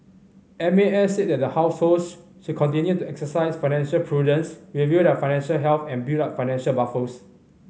M A S said that households should continue to exercise financial prudence review their financial health and build up financial buffers